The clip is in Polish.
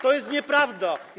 To jest nieprawda.